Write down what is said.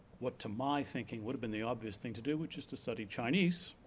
what to my thinking would have been the obvious thing to do, which is to study chinese,